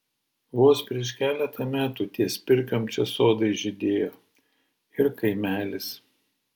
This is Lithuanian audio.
vos prieš keletą metų ties pirkiom čia sodai žydėjo ir kaimelis